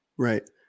Right